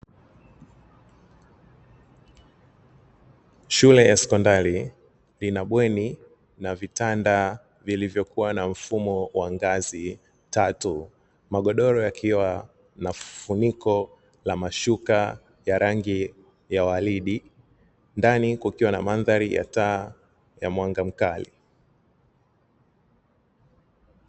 Shule ya sekondari ina bweni na vitanda vilivyokuwa na mfumo wa ngazi tatu. Magodoro yakiwa na funiko la mashuka ya rangi ya waridi, ndani kukiwa na mandhari ya taa ya mwanga mkali.